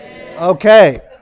Okay